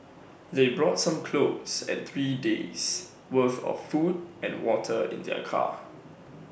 they brought some clothes and three days' worth of food and water in their car